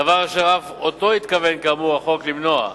דבר אשר אף אותו התכוון החוק, כאמור, למנוע.